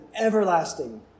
everlasting